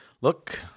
Look